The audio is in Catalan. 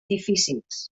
difícils